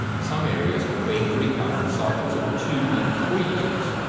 some areas were being re-cut on cycles of two and three years.